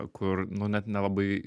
kur nu net nelabai